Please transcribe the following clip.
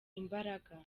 imbaraga